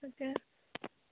তেতিয়া